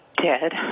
Dead